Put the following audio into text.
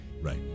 Right